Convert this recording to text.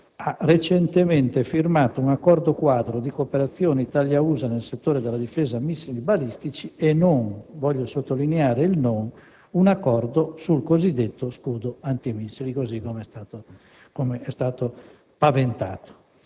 ha recentemente firmato un Accordo quadro di cooperazione Italia-USA nel settore della difesa da missili balistici e non (voglio sottolineare il «non»), un accordo sul cosiddetto scudo antimissili, così com'è stato paventato.